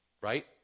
Right